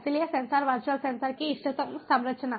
इसलिए sensor virtual sensor की इष्टतम संरचना